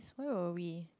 why were we